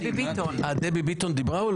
מטי צרפתי.